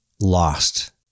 lost